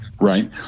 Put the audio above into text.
right